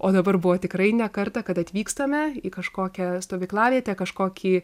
o dabar buvo tikrai ne kartą kad atvykstame į kažkokią stovyklavietę kažkokį